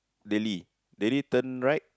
daily daily turn right